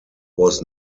was